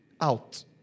out